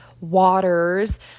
waters